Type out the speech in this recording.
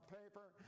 paper